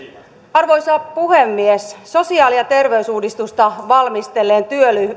arvoisa puhemies sosiaali ja terveysuudistusta valmistelleen